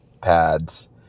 pads